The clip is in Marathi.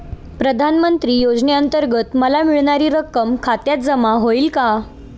प्रधानमंत्री योजनेअंतर्गत मला मिळणारी रक्कम खात्यात जमा होईल का?